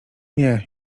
nie